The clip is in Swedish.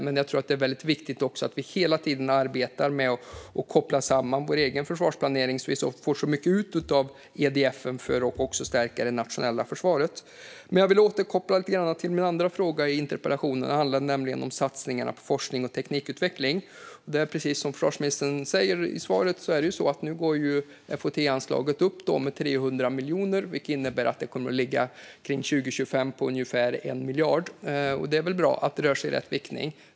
Men jag tror att det är väldigt viktigt att vi också hela tiden arbetar med att koppla samman detta med vår egen försvarsplanering, så att vi får ut så mycket som möjligt av EDF för att stärka det nationella försvaret. Jag vill återkoppla lite grann till en annan fråga i interpellationen. Den handlar om satsningarna på forskning och teknikutveckling. Precis som försvarsministern säger i svaret går nu FOT-anslaget upp med 300 miljoner, vilket innebär att det kommer att ligga på ungefär 1 miljard kring 2025. Det är väl bra att det rör sig i rätt riktning.